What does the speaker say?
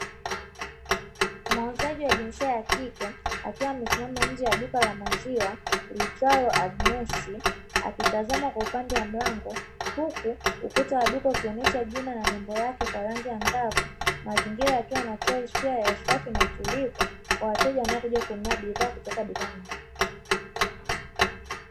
Muuzaji wa jinsia ya kike, akiwa amesimama nje ya duka la maziwa liitwalo Agnes, akitazama upande wa mlango, huku ukuta wa duka ukionyesha jina na nembo yake kwa rangi ambayo mazingira yakiwa yanatoa hisia ya usafi na utulivu kwa wateja wanaokuja kununua bidhaa kutoka dukani hapo.